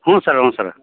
ಹ್ಞೂ ಸರ್ ಹ್ಞೂ ಸರ